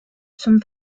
zum